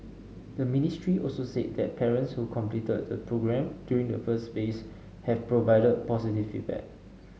the ministry also said that parents who completed the programme during the first phase have provided positive feedback